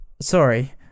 sorry